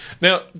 Now